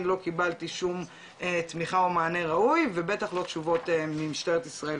לא קיבלתי שום תמיכה או מענה ראוי ובטח לא תשובות ממשטרת ישראל